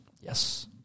Yes